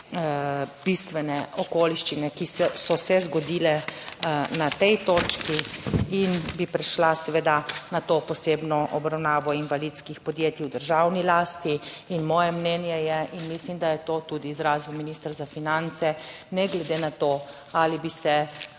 bistvene okoliščine, ki so se zgodile na tej točki. In bi prešla seveda na to posebno obravnavo invalidskih podjetij v državni lasti. Moje mnenje je in mislim, da je to tudi izrazil minister za finance, ne glede na to, ali bi se